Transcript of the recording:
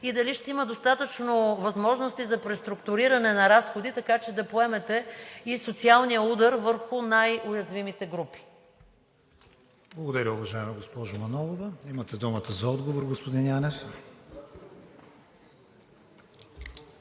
Дали ще има достатъчно възможности за преструктуриране на разходи, така че да поемете и социалния удар върху най-уязвимите групи? ПРЕДСЕДАТЕЛ КРИСТИАН ВИГЕНИН: Благодаря, уважаема госпожо Манолова. Имате думата за отговор, господин Янев.